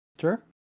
sure